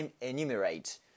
enumerate